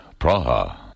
Praha